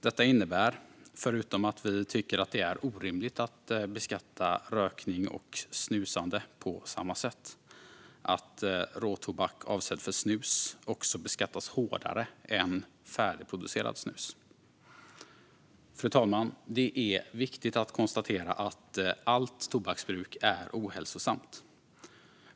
Detta innebär, förutom att vi tycker att det är orimligt att beskatta rökning och snusande på samma sätt, att råtobak avsedd för snus beskattas hårdare än färdigproducerat snus. Fru talman! Det är viktigt att konstatera att allt tobaksbruk är ohälsosamt.